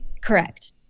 Correct